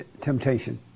temptation